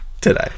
today